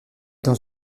dans